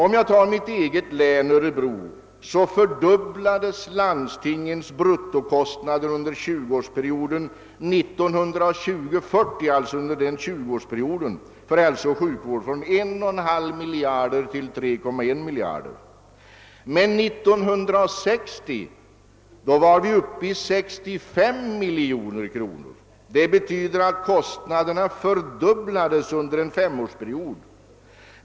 Om jag som exempel tar mitt eget län, Örebro län, kan jag nämna att landstingets bruttokostnader för hälsooch sjukvård fördubblades under 20-årsperioden 1920—1940 från 1,5 miljon kronor till 3,1 miljoner kronor. 1960 var bruttokostnaderna uppe i 68 miljoner kronor, vilket betyder att de hade fördubblats under en femårsperiod.